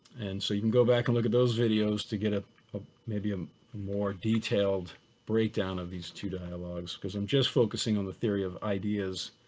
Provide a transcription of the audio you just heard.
and so you can go back and look at those videos to get ah ah maybe a um more detailed breakdown of these two dialogues. because i'm just focusing on the theory of ideas,